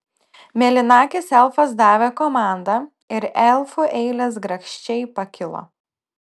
mėlynakis elfas davė komandą ir elfų eilės grakščiai pakilo